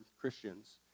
Christians